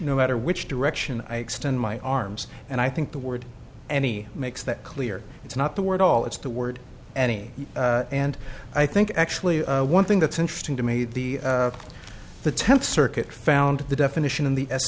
no matter which direction i extend my arms and i think the word any makes that clear it's not the word all it's the word any and i think actually one thing that's interesting to me the the tenth circuit found the definition in the